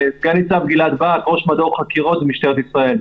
אני הבנתי את העניין של ה-30 ביוני על משהו אחר,